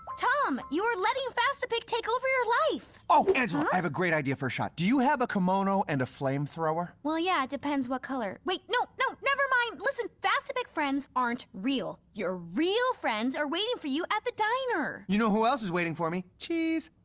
tom! you're letting fastapic take over your life! oh, angela i have a great idea for a shot, do you have a kimono and a flame-thrower? well, yeah. it depends what color. wait, no, no, nevermind. listen. fastapic friends aren't real. your real friends are waiting for you at the diner. you know who else is waiting for me? cheese!